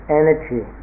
energy